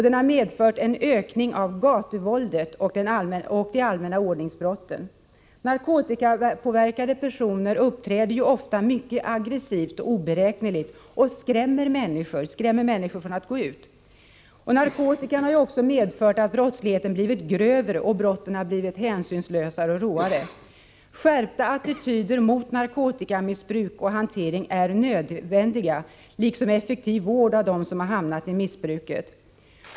Den har medfört en ökning av gatuvåldet och de allmänna ordningsbrotten. Narkotikapåverkade personer uppträder ju ofta mycket aggressivt och oberäkneligt och skrämmer människor — skrämmer dem från att gå ut. Narkotikan har också medfört att brottsligheten blivit grövre och att brotten har blivit hänsynslösare och råare. Skärpta attityder mot narkotikamissbruk och narkotikahantering är nödvändiga liksom effektiv vård av dem som har hamnat i missbruket.